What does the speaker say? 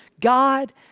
God